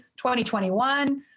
2021